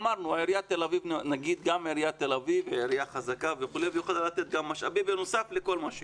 עיריית תל אביב היא עירייה חזקה ויכולה לתת משאבים בנוסף לכל מה שיש.